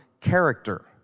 character